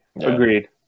Agreed